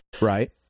Right